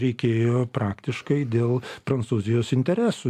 reikėjo praktiškai dėl prancūzijos interesų